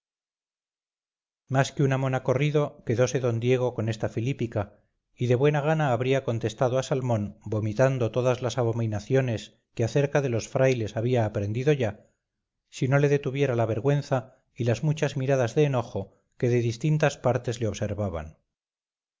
más que una mona corrido quedose d diego con esta filípica y de buena gana habría contestado a salmón vomitando todas las abominaciones que acerca de los frailes había aprendido ya si no le detuviera la vergüenza y las muchas miradas de enojo que de distintas partes le observaban